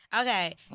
Okay